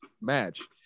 match